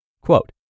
quote